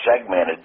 segmented